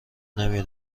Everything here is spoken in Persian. نمی